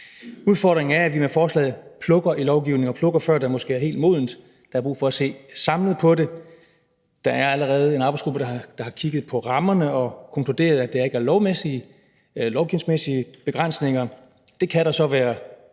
Udfordringen er, at vi med forslaget plukker i lovgivningen og plukker, før det måske er helt modent – der er brug for at se samlet på det. Der er allerede en arbejdsgruppe, der har kigget på rammerne og konkluderet, at der ikke er nogen lovgivningsmæssige begrænsninger. Det kan der så være